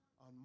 on